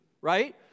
right